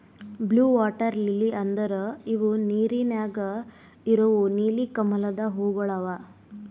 blue water lily ಅಂದುರ್ ಇವು ನೀರ ನ್ಯಾಗ ಇರವು ನೀಲಿ ಕಮಲದ ಹೂವುಗೊಳ್ ಅವಾ